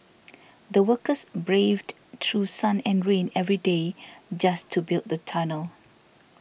the workers braved through sun and rain every day just to build the tunnel